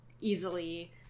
easily